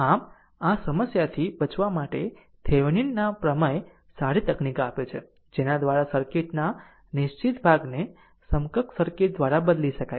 આમ આ સમસ્યાથી બચવા માટે થેવીનિન ના પ્રમેય સારી તકનીક આપે છે જેના દ્વારા સર્કિટના નિશ્ચિત ભાગને સમકક્ષ સર્કિટ દ્વારા બદલી શકાય છે